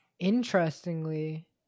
interestingly